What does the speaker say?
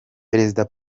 perezida